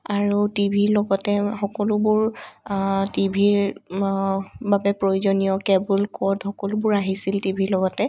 আৰু টিভিৰ লগতে সকলোবোৰ টিভিৰ বাবে প্ৰয়োজনীয় কেবুল ক'ড সকলোবোৰ আহিছিল টিভিৰ লগতে